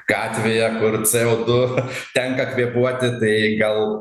gatvėje kur c o du tenka kvėpuoti tai gal